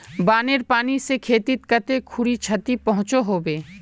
बानेर पानी से खेतीत कते खुरी क्षति पहुँचो होबे?